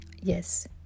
yes